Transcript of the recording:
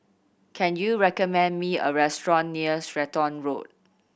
can you recommend me a restaurant near Stratton Road